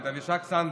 את אבישג סמברג,